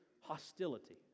hostility